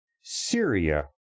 Syria